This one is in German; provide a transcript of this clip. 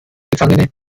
gefangene